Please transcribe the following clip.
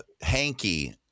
hanky